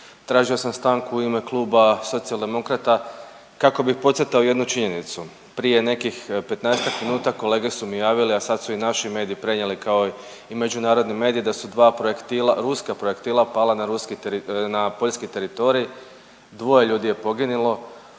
tražio sam stanku u ime Kluba Socijaldemokrata kako bi podcrtao jednu činjenicu. Prije nekih 15-ak minuta kolege su mi javili, a sad su i naši mediji prenijeli kao i međunarodni mediji da su dva projektila, ruska projektila pala na ruski, na poljski teritorij, dvoje ljudi je poginilo,